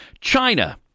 China